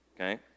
okay